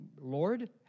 Lord